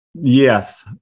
yes